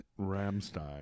Ramstein